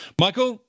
michael